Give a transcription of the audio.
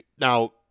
Now